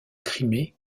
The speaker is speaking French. crimée